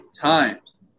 times